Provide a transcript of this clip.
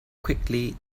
quickly